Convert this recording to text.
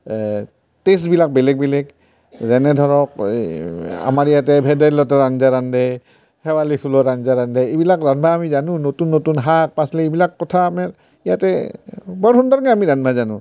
টে'ষ্টবিলাক বেলেগ বেলেগ যেনে ধৰক আমাৰ ইয়াতে ভেদাইলতাৰ আঞ্জা ৰান্ধে শেৱালী ফুলৰ আঞ্জা ৰান্ধে এইবিলাক ৰন্ধা আমি জানো নতুন নতুন শাক পাচলি এইবিলাক কথা আমি ইয়াতে বৰ সুন্দৰকৈ আমি ৰন্ধা জানো